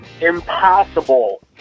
impossible